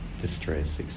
distress